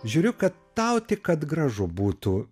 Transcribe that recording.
žiūriu kad tau tik kad gražu būtų